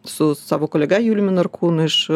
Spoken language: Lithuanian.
su savo kolega juliumi narkūnu iš